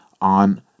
on